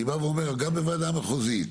אני בא ואומר, גם בוועדה מחוזית,